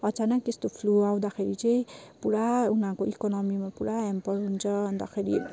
अचानक त्यस्तो फ्लू आउँदाखेरि चाहिँ पुरा उनीहरूको इकोनमीमा पुरा ह्याम्पर हुन्छ अन्तखेरि